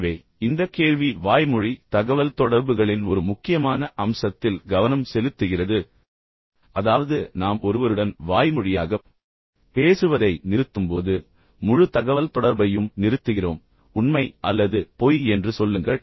எனவே இந்த கேள்வி வாய்மொழி தகவல்தொடர்புகளின் ஒரு முக்கியமான அம்சத்தில் கவனம் செலுத்துகிறது அதாவது நாம் ஒருவருடன் வாய்மொழியாகப் பேசுவதை நிறுத்தும்போது முழு தகவல்தொடர்பையும் நிறுத்துகிறோம் உண்மை அல்லது பொய் என்று சொல்லுங்கள்